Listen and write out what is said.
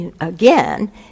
again